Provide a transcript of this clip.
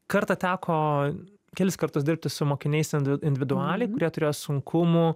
kartą teko kelis kartus dirbti su mokiniais individualiai kurie turėjo sunkumų